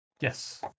Yes